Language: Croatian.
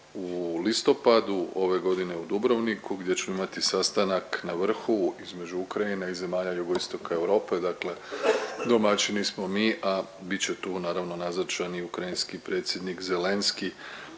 u listopadu ove godine u Dubrovniku gdje ćemo imati sastanak na vrhu između Ukrajine i zemalja jugoistoka Europe, dakle domaćini smo mi a bit će tu naravno nazočan i ukrajinski predsjednik Zelenski